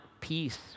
peace